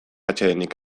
atsedenik